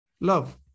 love